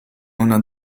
ona